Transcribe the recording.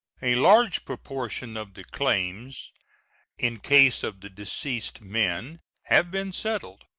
a large proportion of the claims in case of the deceased men have been settled,